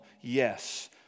yes